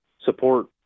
support